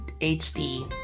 H-D